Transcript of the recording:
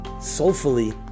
soulfully